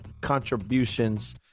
contributions